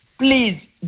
please